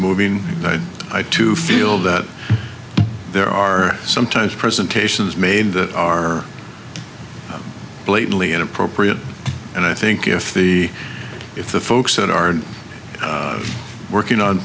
moving but i too feel that there are sometimes presentations made that are blatantly inappropriate and i think if the if the folks that are working on